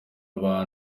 abantu